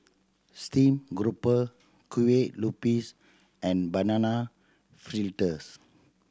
steamed garoupa Kueh Lupis and Banana Fritters